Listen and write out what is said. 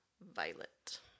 Violet